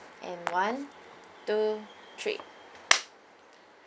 and one two three